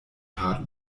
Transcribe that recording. part